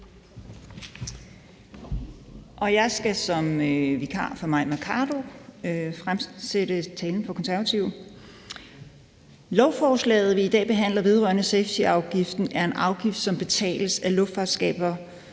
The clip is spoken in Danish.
Jeg skal som vikar for Mai Mercado fremføre talen for De Konservative. Lovforslaget, vi i dag behandler, vedrører safetyafgiften, som er en afgift for passagerer, der